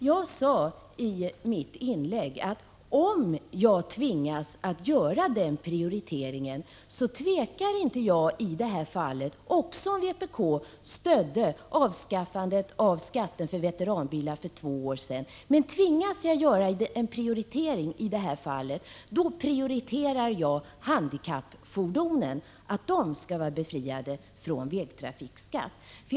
Jag sade i mitt inlägg att om jag tvingas att göra en prioritering tvekar jag inte i det här fallet, också om vpk stödde avskaffandet av skatten för veteranbilar för två år sedan, att prioritera handikappfordonen. De skall vara befriade från vägtrafikskatten.